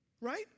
Right